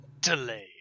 Delay